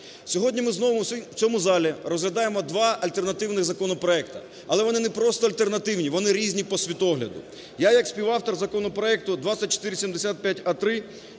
Сьогодні ми знову в цьому залі розглядаємо два альтернативні законопроекти. Але вони не просто альтернативні, вони різні по світогляду. Я як співавтор законопроекту 2475а-3